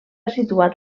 situat